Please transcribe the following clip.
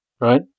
right